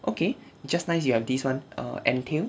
okay just nice you have this one err entail